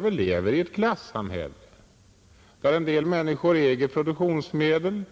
Vi lever i ett klassamhälle, där en del människor äger produktionsmedlen